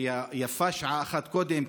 ויפה שעה אחת קודם,